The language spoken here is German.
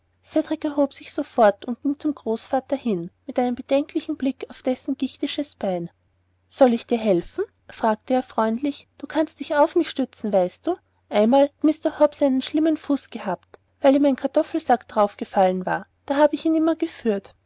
cedrik erhob sich sofort und ging zum großvater hin mit einem bedenklichen blick auf dessen gichtisches bein soll ich dir helfen fragte er freundlich du kannst dich auf mich stützen weißt du einmal hat mr hobbs einen schlimmen fuß gehabt weil ihm ein kartoffelsack darauf gefallen war da hab ich ihn immer geführt